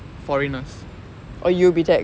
foreigners